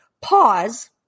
pause